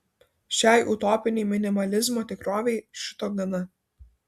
šiai utopinei minimalizmo tikrovei šito gana